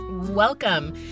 Welcome